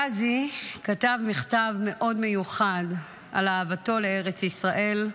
פזי כתב מכתב מאוד מיוחד על אהבתו לארץ ישראל,